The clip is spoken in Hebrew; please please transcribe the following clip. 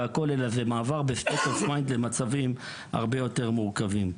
אלא זה מעבר למצבים הרבה יותר מורכבים.